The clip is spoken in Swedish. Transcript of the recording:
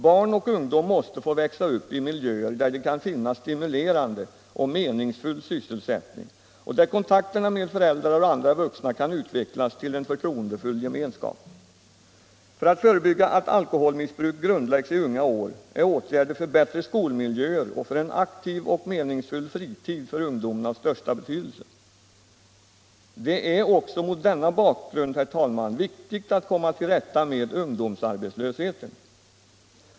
Barn och ungdom måste få växa upp i miljöer där de kan finna stimulerande och meningsfull sysselsättning och där kontakterna med föräldrar och andra vuxna kan utvecklas till en förtroendefull gemenskap. För att förebygga att alkoholmissbruk grundläggs i unga år är åtgärder för bättre skolmiljöer och för en aktiv och meningsfull fritid för ungdomen av största betydelse. Det är också mot denna bakgrund, herr talman, viktigt att komma till rätta med ungdomsarbetslösheten.